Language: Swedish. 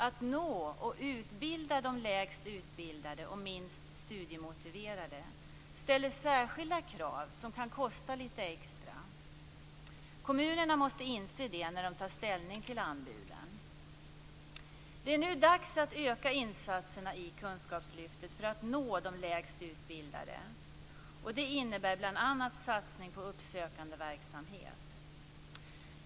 Att nå och utbilda de lägst utbildade och minst studiemotiverade ställer särskilda krav som kan kosta lite extra. Kommunerna måste inse det när de tar ställning till anbuden. Det är nu dags att öka insatserna i kunskapslyftet för att nå de lägst utbildade. Det innebär bl.a. satsning på uppsökande verksamhet.